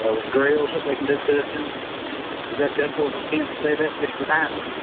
ah was grills that they can do cooking they got the airport tenants stayed up yeah were down and